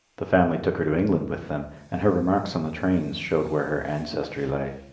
the family took her to england with them, and her remarks on the trains showed where her ancestry lay.